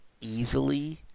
easily